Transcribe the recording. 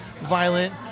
violent